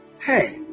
hey